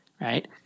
right